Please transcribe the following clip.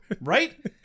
Right